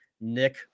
Nick